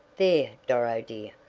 there, doro, dear,